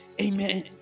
amen